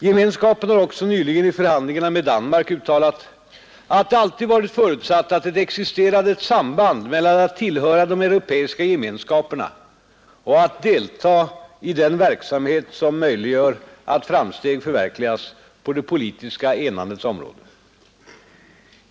Gemenskapen har också nyligen i förhandlingarna med Danmark uttalat, att det alltid varit förutsatt att det existerade ett samband mellan att tillhöra de europeiska gemenskaperna och att delta i den verksamhet som möjliggör att framsteg förverkligas på det politiska enandets område.